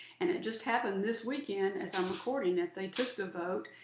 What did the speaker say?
and it just happened this weekend, as i'm recording, that they took the vote.